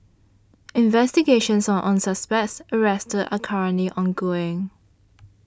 investigations on all suspects arrested are currently ongoing